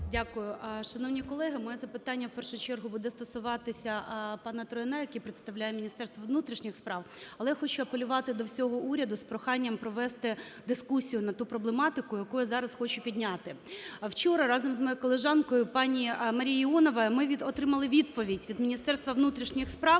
Дякую. Шановні колеги, моє запитання в першу чергу буде стосуватися пана Трояна, який представляє Міністерство внутрішніх справ. Але я хочу апелювати до всього уряду з проханням провести дискусію на ту проблематику, яку я зараз хочу підняти. Вчора разом з моєю колежанкою пані МарієюІоновою ми отримали відповідь від Міністерства внутрішніх справ